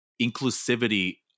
inclusivity